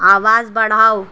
آواز بڑھاؤ